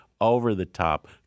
over-the-top